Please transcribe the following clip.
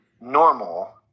normal